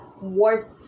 worth